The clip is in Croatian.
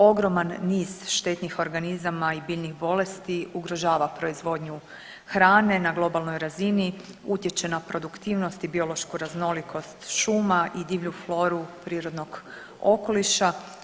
Ogroman niz štetnih organizama i biljnih bolesti ugrožava proizvodnju hrane na globalnoj razini, utječe na produktivnost i biološku raznolikost šuma i divlju floru prirodnog okoliša.